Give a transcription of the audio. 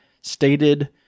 stated